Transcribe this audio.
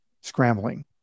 scrambling